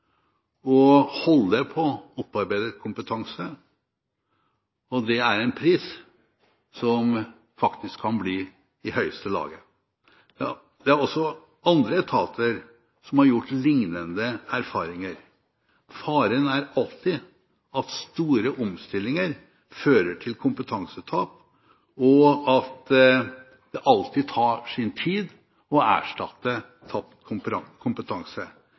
å holde på opparbeidet kompetanse. Det er en pris som faktisk kan bli i høyeste laget. Også andre etater har gjort lignende erfaringer. Faren er alltid at store omstillinger fører til kompetansetap, og at det alltid tar sin tid å erstatte tapt kompetanse.